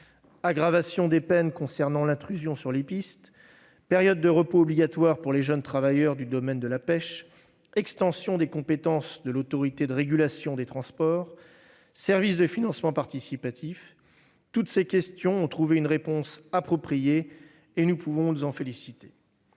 Aggravation des peines concernant l'intrusion sur les pistes, périodes de repos obligatoire pour les jeunes travailleurs du domaine de la pêche, extension des compétences de l'Autorité de régulation des transports (ART), services de financement participatif, toutes ces questions ont trouvé une réponse appropriée, ce dont nous pouvons nous féliciter.